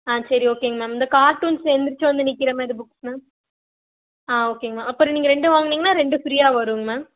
ஆ சரி ஓகேங்க மேம் இந்த கார்ட்டூன்ஸ் எழுந்திருச்சு வந்து நிற்கிற மாதிரி புக்ஸ் மேம் ஆ ஓகேங்கம்மா அப்புறம் நீங்கள் ரெண்டு வாங்கினீங்கனா ரெண்டு ஃப்ரீயாக வருங்க மேம்